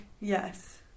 yes